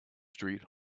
street